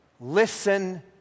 listen